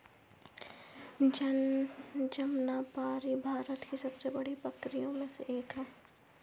जमनापारी भारत की सबसे बड़ी बकरियों में से एक है